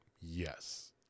Yes